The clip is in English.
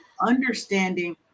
understanding